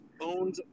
owned